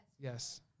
Yes